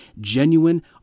genuine